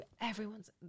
Everyone's